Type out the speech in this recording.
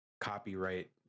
copyright